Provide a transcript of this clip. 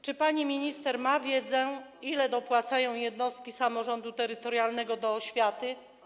Czy pani minister ma wiedzę, ile dopłacają jednostki samorządu terytorialnego do oświaty?